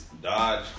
Dodge